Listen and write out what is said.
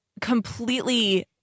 completely